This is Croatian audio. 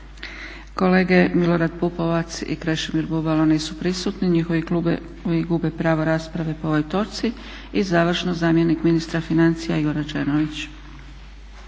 Kolege Milorad Pupovac i Krešimir Bubalo nisu prisutni. Njihovi klubovi gube pravo rasprave po ovoj točci. I završno zamjenik ministra financija Igor Rađenović.